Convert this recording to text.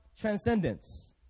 transcendence